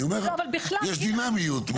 אבל אני אומר שיש דינאמיות.